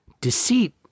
deceit